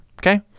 Okay